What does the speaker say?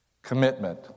Commitment